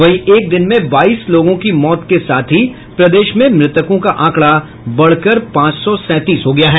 वहीं एक दिन में बाईस लोगों की मौत के साथ ही प्रदेश में मृतकों का आंकड़ा बढ़कर पांच सौ सेंतीस हो गया है